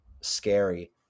scary